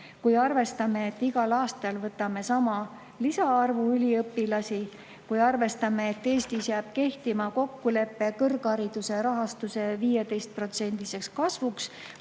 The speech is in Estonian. Kui arvestame, et igal aastal võtame sama lisaarvu üliõpilasi, ning kui arvestame, et Eestis jääb kehtima kokkulepe kõrghariduse rahastuse 15% kasvuks